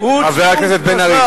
חברים שלך רוצחים.